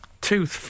tooth